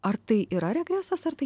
ar tai yra regresas ar tai